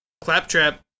Claptrap